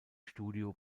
studio